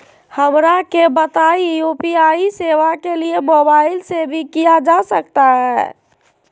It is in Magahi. हमरा के बताइए यू.पी.आई सेवा के लिए मोबाइल से भी किया जा सकता है?